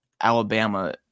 Alabama